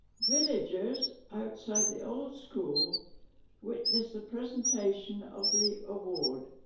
villagers outside the old school witnessed the presentation of the award